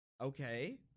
okay